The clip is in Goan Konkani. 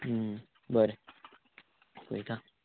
बरें पळयता